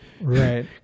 right